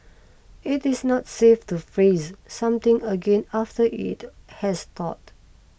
it is not safe to freeze something again after it has thawed